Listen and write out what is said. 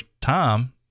time